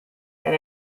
and